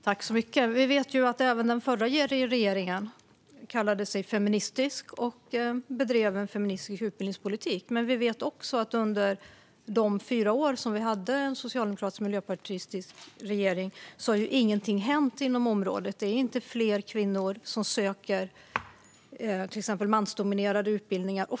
Fru talman! Vi vet ju att även den förra regeringen kallade sig feministisk och bedrev feministisk utbildningspolitik. Men vi vet också att under de fyra år då vi hade en socialdemokratisk och miljöpartistisk regering hände ingenting inom området. Det är till exempel inte fler kvinnor som söker mansdominerade utbildningar.